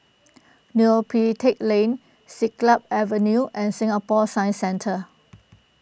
Neo Pee Teck Lane Siglap Avenue and Singapore Science Centre